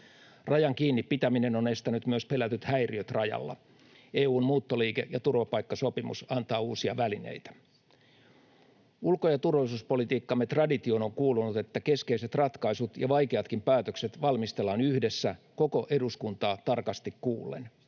Rajan kiinni pitäminen on estänyt myös pelätyt häiriöt rajalla. EU:n muuttoliike- ja turvapaikkasopimus antavat uusia välineitä. Ulko- ja turvallisuuspolitiikkamme traditioon on kuulunut, että keskeiset ratkaisut ja vaikeatkin päätökset valmistellaan yhdessä koko eduskuntaa tarkasti kuullen.